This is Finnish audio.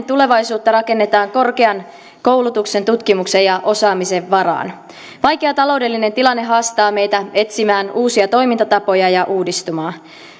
tulevaisuutta rakennetaan korkean koulutuksen tutkimuksen ja osaamisen varaan vaikea taloudellinen tilanne haastaa meitä etsimään uusia toimintatapoja ja uudistumaan